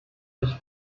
los